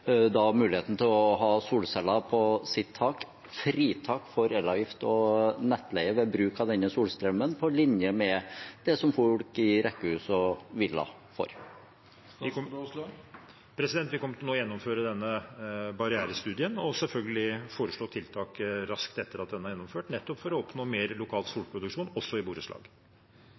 da muligheten til å ha solceller på sitt tak – fritak for elavgift og nettleie ved bruk av denne solstrømmen, på linje med det som folk i rekkehus og villaer får. Vi kommer nå til å gjennomføre denne barrierestudien og selvfølgelig foreslå tiltak raskt etter at den er gjennomført, nettopp for å oppnå mer lokal solproduksjon også i borettslag.